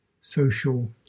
social